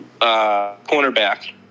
cornerback